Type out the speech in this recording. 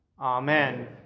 Amen